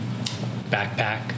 backpack